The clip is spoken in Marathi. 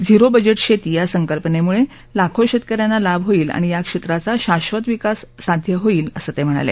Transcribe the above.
झीरो बजेट शेती या संकल्पनेमुळे लाखो शेतक यांना लाभ होईल आणि या क्षेत्राचा शाधत विकास साध्य होईल असं ते म्हणाले